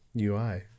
UI